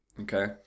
Okay